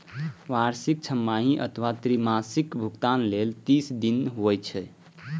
वार्षिक, छमाही अथवा त्रैमासिक भुगतान लेल तीस दिन होइ छै